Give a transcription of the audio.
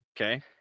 Okay